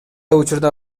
учурда